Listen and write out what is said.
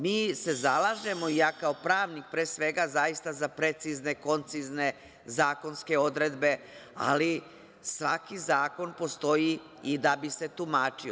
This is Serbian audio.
Mi se zalažemo, i ja kao pravnik pre svega zaista, za precizne, koncizne zakonske odredbe, ali svaki zakon postoji i da bi se tumačio.